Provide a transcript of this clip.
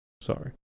Sorry